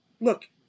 look